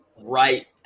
right